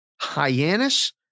Hyannis